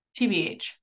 TBH